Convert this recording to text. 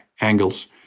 angles